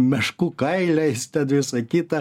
meškų kailiais ten visa kita